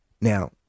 Now